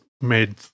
made